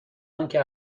آنکه